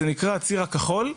זה נקרא הציר הכחול.